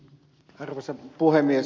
arvoisa puhemies